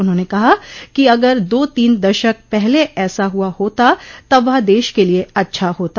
उन्होंने कहा कि अगर दो तीन दशक पहले ऐसा हुआ होता तब वह देश के लिए अच्छा होता